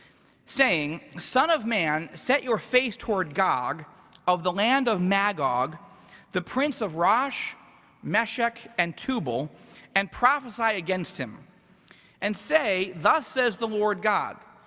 saying, son of man, set your face toward god of the land of magog the prince of rosh meshech and tubal and prophesy against him and say, thus says the lord, god,